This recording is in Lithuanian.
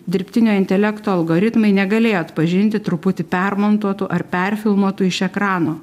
dirbtinio intelekto algoritmai negalėjo atpažinti truputį permontuotų ar perfilmuotų iš ekrano